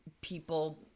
people